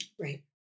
Right